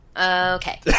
Okay